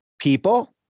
people